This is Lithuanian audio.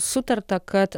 sutarta kad